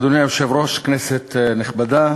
אדוני היושב-ראש, כנסת נכבדה,